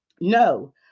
No